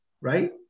right